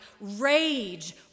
Rage